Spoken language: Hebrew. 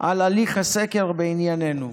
על הליך הסקר בענייננו.